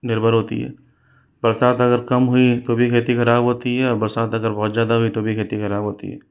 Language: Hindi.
निर्भर होती है बरसात अगर कम हुई तो भी खेती ख़राब होती है और बरसात अगर बहुत ज़्यादा हुई तो भी खेती ख़राब होती है